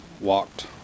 walked